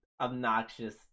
obnoxious